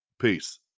peace